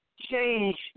change